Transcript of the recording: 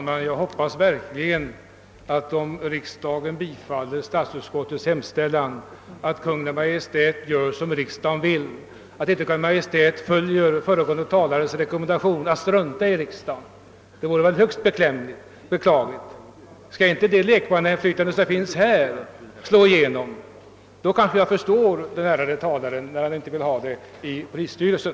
Herr talman! Om riksdagen bifaller statsutskottets hemställan hoppas jag verkligen att Kungl. Maj:t gör som riksdagen vill och inte följer den föregående ärade talarens rekommendation att strunta i riksdagen. Det vore högst beklagligt. Skall inte det lekmannainflytande som finns här få slå igenom, så förstår jag den ärade talaren när han vill att det inte skall göra det i polisstyrelsen.